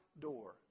door